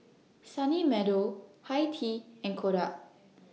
Sunny Meadow Hi Tea and Kodak